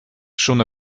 schon